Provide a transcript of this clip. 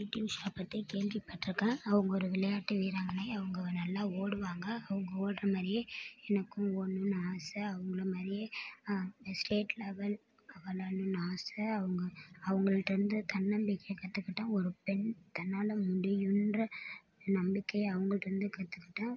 PT Usha பற்றி கேள்விப்பட்டிருக்கேன் அவங்க ஒரு விளையாட்டு வீராங்கனை அவங்க நல்லா ஓடுவாங்க அவங்க ஓடுகிற மாதிரியே எனக்கும் ஓடணும்ன்னு ஆசை அவங்கள மாதிரியே ஸ்டேட் லெவல் விளாடணுன்னு ஆசை அவங்க அவங்கள்டேருந்து தன்னம்பிக்கையை கற்றுக்கிட்டேன் ஒரு பெண் தன்னால் முடியுகிற நம்பிக்கையை அவங்கள்டேருந்து கற்றுக்கிட்டேன்